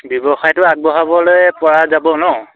ব্যৱসায়টো আগবঢ়াবলৈ পৰা যাব নহ্